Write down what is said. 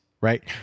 Right